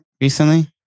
recently